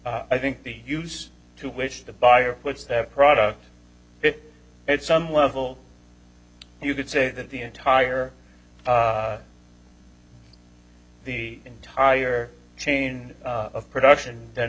i think the use to which the buyer puts their product at some level you could say that the entire the entire chain of production then